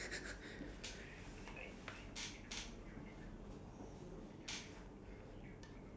there's no wrong answer oh I don't think it I think we if we don't do also still the same thing eh